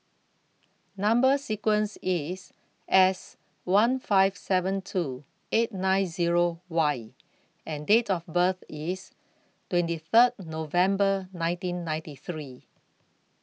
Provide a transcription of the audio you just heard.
Number sequence IS S one five seven two eight nine Zero Y and Date of birth IS twenty Third November nineteen ninety three